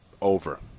over